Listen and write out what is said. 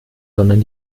sondern